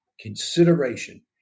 consideration